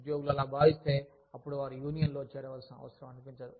ఉద్యోగులు అలా భావిస్తే అప్పుడు వారు యూనియన్లో చేరవలసిన అవసరం అనిపించదు